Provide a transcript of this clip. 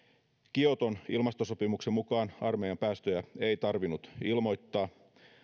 kioton ilmastosopimuksen mukaan armeijan päästöjä ei tarvinnut ilmoittaa